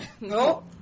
no